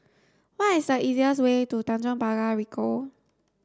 what is the easiest way to Tanjong Pagar Ricoh